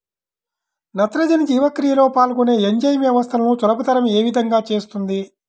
నత్రజని జీవక్రియలో పాల్గొనే ఎంజైమ్ వ్యవస్థలను సులభతరం ఏ విధముగా చేస్తుంది?